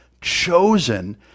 chosen